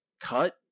Cut